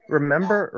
Remember